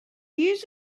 use